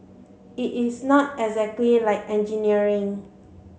it is not exactly like engineering